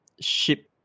ship